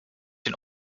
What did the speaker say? den